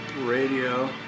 Radio